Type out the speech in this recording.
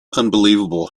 unbelievable